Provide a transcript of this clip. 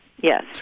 Yes